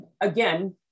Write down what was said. again